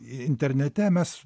internete mes